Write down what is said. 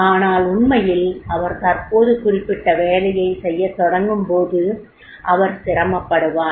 ஆனால் உண்மையில் அவர் தற்போது குறிப்பிடப்பட்ட வேலையை செய்யத் தொடங்கும் போது அவர் சிரமப்படுவார்